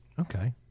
Okay